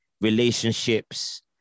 relationships